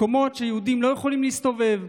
מקומות שבהם יהודים לא יכולים להסתובב,